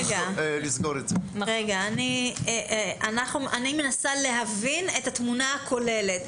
אני מנסה להבין את התמונה הכוללת.